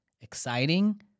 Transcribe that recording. exciting